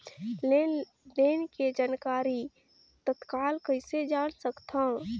लेन देन के जानकारी तत्काल कइसे जान सकथव?